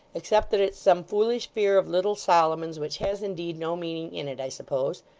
except that it's some foolish fear of little solomon's which has, indeed, no meaning in it, i suppose.